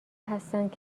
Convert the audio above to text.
هستند